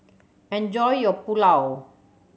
enjoy your Pulao